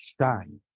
shine